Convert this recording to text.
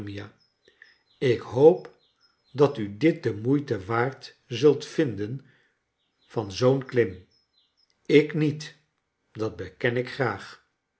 ik hoop dat u dit de moeite waard zult vinden van zoo'n klim ik niet dat beken ik graag